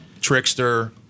Trickster